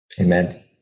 Amen